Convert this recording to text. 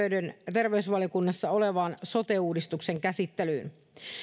terveysvaliokunnassa sote uudistuksen käsittelyyn